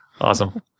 awesome